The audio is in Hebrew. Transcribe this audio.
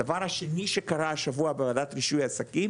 הדבר השני שקרה השבוע בוועדת רישוי עסקים